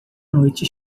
noite